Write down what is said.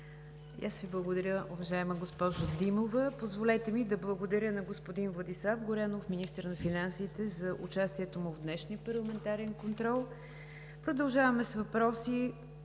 аз Ви благодаря, уважаема госпожо Димова. Позволете ми да благодаря на господин Владислав Горанов – министър на финансите, за участието му в днешния парламентарен контрол. Продължаваме с въпроси